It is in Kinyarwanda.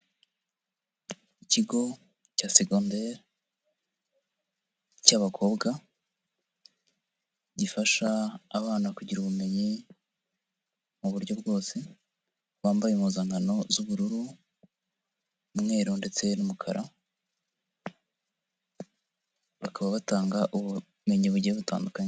Ikigo cya segonderi cy'abakobwa, gifasha abana kugira ubumenyi mu buryo bwose, bambaye impuzankano z'ubururu, umweru ndetse n'umukara, bakaba batanga ubumenyi bugiye butandukanye.